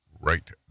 right